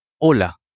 Hola